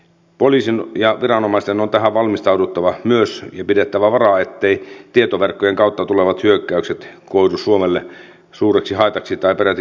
poliisin ja viranomaisten on tähän valmistauduttava myös ja pidettävä vara etteivät tietoverkkojen kautta tulevat hyökkäykset koidu suomelle suureksi haitaksi tai peräti kohtalokkaiksi